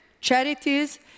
charities